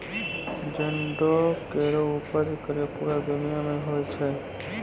जंडो केरो उपज पूरे दुनिया म होय छै